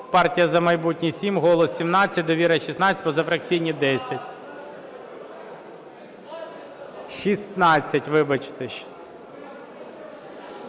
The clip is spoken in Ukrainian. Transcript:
"Партія "За майбутнє" – 7, "Голос" – 17, "Довіра" – 16, позафракційні – 10. 16, вибачте.